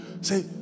say